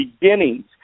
beginnings